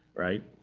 right?